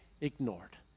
ignored